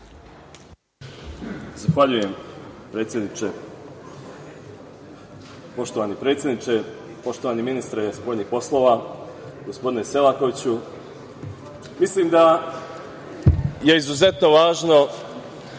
Zahvaljujem. Poštovani predsedniče, poštovani ministre spoljnih poslova, gospodine Selkoviću, mislim da je izuzetno važno